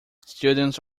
students